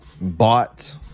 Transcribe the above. bought